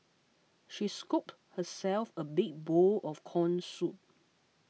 she scooped herself a big bowl of Corn Soup